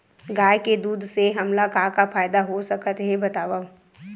गाय के दूध से हमला का का फ़ायदा हो सकत हे बतावव?